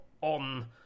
on